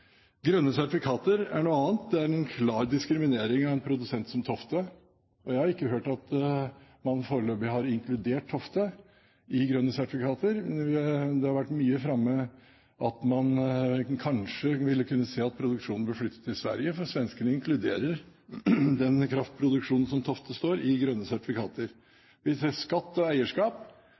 Grønne sertifikater er noe annet. Det er en klar diskriminering av en produsent som Södra Cell Tofte, og jeg har ikke hørt at man foreløpig har inkludert Tofte i grønne sertifikater. Det har vært mye framme at man kanskje ville si at produksjonen burde flyttes til Sverige, for svenskene inkluderer den kraftproduksjonen som Tofte står for, i grønne sertifikater. Vi ser skatt og eierskap.